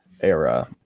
era